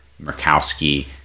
Murkowski